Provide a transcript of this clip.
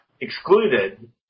excluded